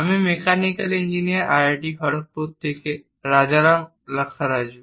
আমি mechanical engineering IIT Kharagpur থেকে রাজারাম লাক্কারাজু